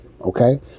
okay